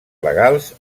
legals